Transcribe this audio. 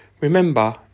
remember